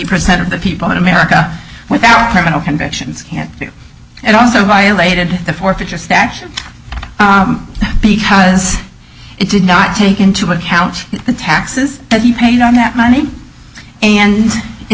percent of the people in america with our criminal convictions and also violated the fourth are just that because it did not take into account the taxes that he paid on that money and it